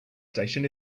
station